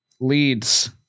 leads